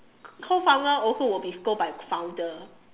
co founder also will be scold by founder